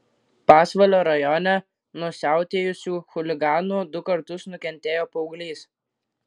pasvalio rajone nuo siautėjusių chuliganų du kartus nukentėjo paauglys